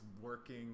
working